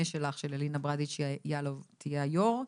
שלך של אלינה ברדיץ' יאלוב תהיה היו"ר,